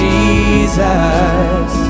Jesus